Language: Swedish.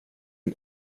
din